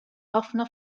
ħafna